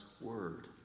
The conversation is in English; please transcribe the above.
word